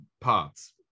parts